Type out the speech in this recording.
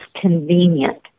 convenient